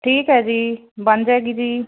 ਠੀਕ ਹੈ ਜੀ ਬਣ ਜਾਏਗੀ ਜੀ